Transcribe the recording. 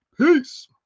peace